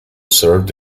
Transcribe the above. served